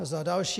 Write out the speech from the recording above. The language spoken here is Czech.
Za další.